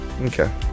Okay